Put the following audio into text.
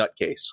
nutcase